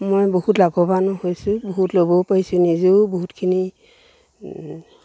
মই বহুত লাভৱানো হৈছোঁ বহুত ল'বও পাৰিছোঁ নিজেও বহুতখিনি